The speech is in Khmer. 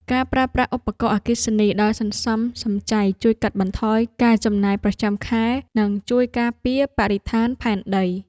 ការប្រើប្រាស់ឧបករណ៍អគ្គិសនីដោយសន្សំសំចៃជួយកាត់បន្ថយការចំណាយប្រចាំខែនិងជួយការពារបរិស្ថានផែនដី។